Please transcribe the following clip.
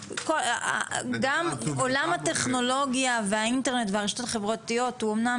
עולם הטכנולוגיה והאינטרנט והרשתות החברתיות הוא אמנם